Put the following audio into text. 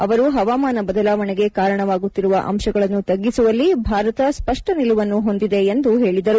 ಅವರು ಹವಾಮಾನ ಬದಲಾವಣೆಗೆ ಕಾರಣವಾಗುತ್ತಿರುವ ಅಂಶಗಳನ್ನು ತಗ್ಗಿಸುವಲ್ಲಿ ಭಾರತ ಸ್ವಷ್ನ ನಿಲುವನ್ನು ಹೊಂದಿದೆ ಎಂದು ಹೇಳಿದರು